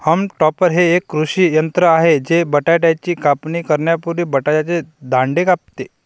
haulm topper हे एक कृषी यंत्र आहे जे बटाट्याची कापणी करण्यापूर्वी बटाट्याचे दांडे कापते